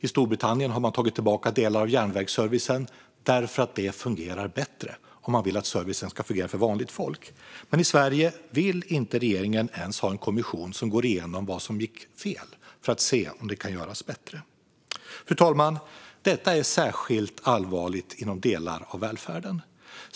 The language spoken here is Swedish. I Storbritannien har man tagit tillbaka delar av järnvägsservicen därför att det fungerar bättre om man vill att servicen ska fungera för vanligt folk. Men i Sverige vill regeringen inte ens ha en kommission som går igenom vad som gick fel för att se om det kan göras bättre. Fru talman! Detta är särskilt allvarligt inom delar av välfärden.